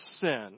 sin